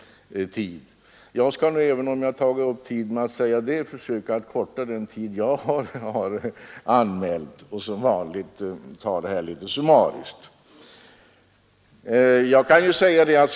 Jag skall nu, även om jag tagit upp ledamöternas tid med att säga detta, försöka att använda kortare tid än den som jag anmält genom att som vanligt redovisa frågan en smula summariskt.